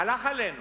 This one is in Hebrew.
הלך עלינו,